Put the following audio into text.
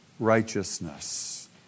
Righteousness